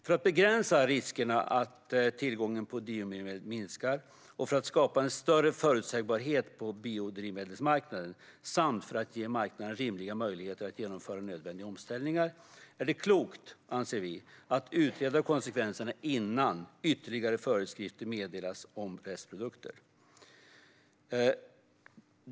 För att begränsa riskerna att tillgången på biodrivmedel minskar för att skapa en större förutsebarhet på biodrivmedelsmarknaden samt för att ge marknaden rimliga möjligheter att genomföra nödvändiga omställningar är det klokt, anser vi, att utreda konsekvenserna innan ytterligare föreskrifter meddelas om restprodukter.